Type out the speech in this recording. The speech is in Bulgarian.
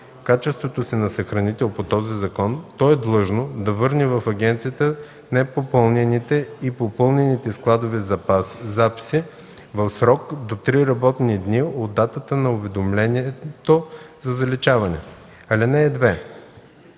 качеството си на съхранител по този закон, то е длъжно да върне в агенцията непопълнените и попълнените складови записи в срок до три работни дни от датата на уведомлението за заличаване. (12)